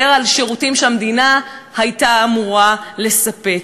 על שירותים שהמדינה הייתה אמורה לספק.